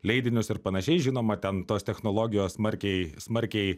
leidinius ir panašiai žinoma ten tos technologijos smarkiai smarkiai